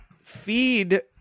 Feed